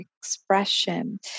expression